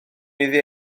iddi